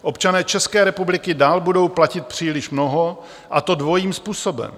Občané České republiky dál budou platit příliš mnoho, a to dvojím způsobem.